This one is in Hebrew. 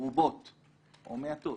מרובות או מעטות